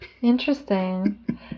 Interesting